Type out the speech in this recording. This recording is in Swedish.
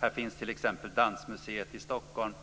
Här finns t.ex. Dansmuseet i Stockholm,